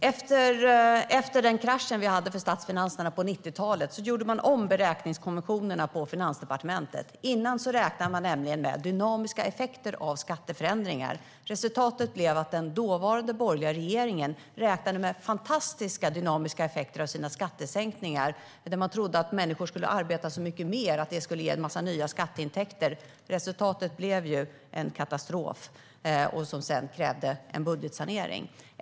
Herr talman! Efter den krasch vi hade för statsfinanserna på 90-talet gjorde man om beräkningskonventionerna på Finansdepartementet. Innan räknade man nämligen med dynamiska effekter av skatteförändringar. Resultatet blev att den dåvarande borgerliga regeringen räknade med fantastiska dynamiska effekter av sina skattesänkningar. Man trodde att människor skulle arbeta så mycket mer att det skulle ge en massa nya skatteintäkter. Resultatet blev en katastrof som sedan krävde en budgetsanering.